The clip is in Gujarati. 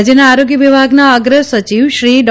રાજ્યના આરોગ્ય વિભાગના અગ્રસચિવશ્રી ડો